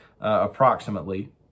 approximately